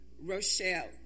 Rochelle